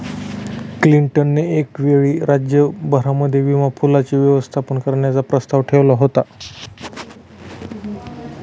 Clinton ने एक वेळी राज्य भरामध्ये विमा पूलाचं व्यवस्थापन करण्याचा प्रस्ताव ठेवला होता